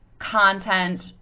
content